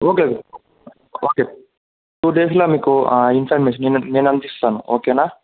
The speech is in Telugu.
ఓకే ఓకే టూ డేస్లో మీకు ఇన్ఫర్మేషన్ నేను నేను పంపిస్తాను ఓకేనా